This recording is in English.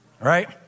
right